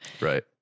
Right